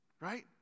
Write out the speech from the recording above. Right